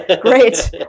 great